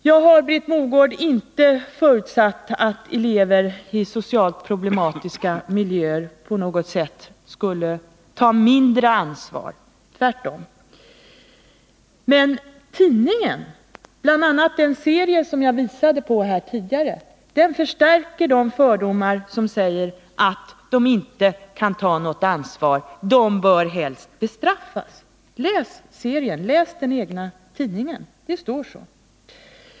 Jag har, Britt Mogård, inte förutsatt att elever i socialt problematiska miljöer på något sätt skulle ta mindre ansvar — tvärtom. Men tidningen — bl.a. den serie som jag visade på här tidigare — förstärker de fördomar som säger att dessa elever inte kan ta något ansvar, utan att de helst bör bestraffas. Läs serien, läs er egen tidning! Det står så.